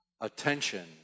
Attention